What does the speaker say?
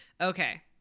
Okay